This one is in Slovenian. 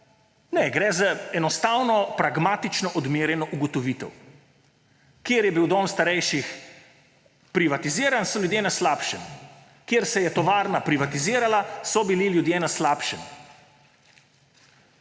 Ne! Gre za enostavno pragmatično odmerjeno ugotovitev: kjer je bil dom starejših privatiziran, so ljudje na slabšem; kjer se je tovarna privatizirala, so bili ljudje na slabšem.